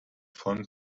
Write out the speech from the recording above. von